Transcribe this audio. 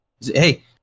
Hey